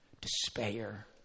despair